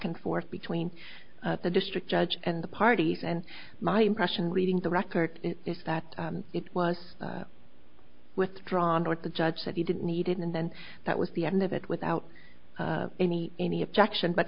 and forth between the district judge and the parties and my impression reading the record is that it was withdrawn what the judge said he didn't need and then that was the end of it without any any objection but